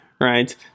right